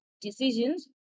decisions